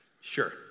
sure